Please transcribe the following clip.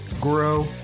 grow